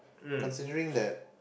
considering that